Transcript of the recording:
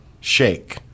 shake